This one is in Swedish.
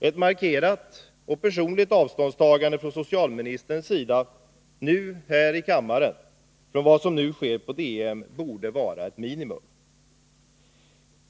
Ett markerat och personligt avståndstagande från socialminis ningförsäkringen terns sida nu här i kammaren från vad som sker på DN borde vara ett vid fackliga stridsminimum.